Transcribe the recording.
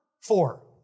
four